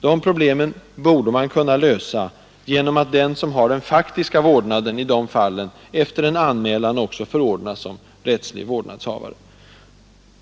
De problemen borde man kunna lösa genom att den som har den faktiska vårdnaden i dessa fall efter en anmälan också förordnas som rättslig vårdnadshavare.